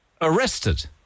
arrested